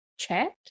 chat